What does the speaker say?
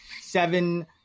seven